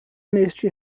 neste